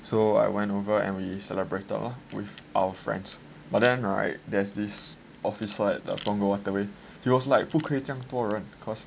so I went over and we celebrated lor with our friends but then right there's this office like the Punggol waterway he was like 不可以这样多人